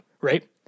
right